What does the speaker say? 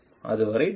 அதுவரை நன்றி